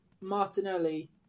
Martinelli